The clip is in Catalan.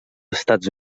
estats